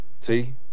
See